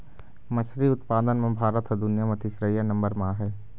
मछरी उत्पादन म भारत ह दुनिया म तीसरइया नंबर म आहे